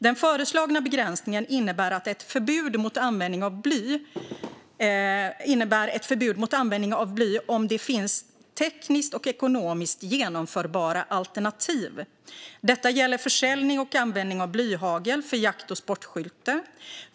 Den föreslagna begränsningen innebär ett förbud mot användning av bly om det finns tekniskt och ekonomiskt genomförbara alternativ. Detta gäller försäljning och användning av blyhagel för jakt och sportskytte.